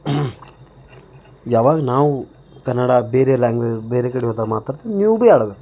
ಯಾವಾಗ ನಾವು ಕನ್ನಡ ಬೇರೆ ಲ್ಯಾಂಗ್ವೆ ಬೇರೆ ಕಡೆ ಹೋದಾಗ ಮಾತಾಡ್ತೀವಿ ನೀವು ಭೀ ಆಡ್ಬೇಕು